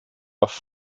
auf